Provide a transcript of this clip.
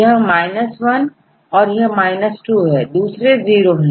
यह 1 है और यह 2 है और दूसरे0 हैं